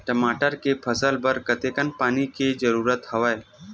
टमाटर के फसल बर कतेकन पानी के जरूरत हवय?